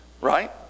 Right